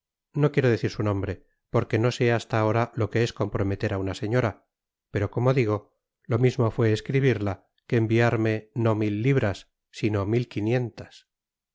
no quiero decir su nombre porque no sé hasta ahora lo que es comprometer á una señora pero como digo lo mismo fué escribirla que enviarme no mil libras sino mil quinientas